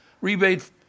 rebate